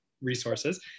resources